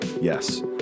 Yes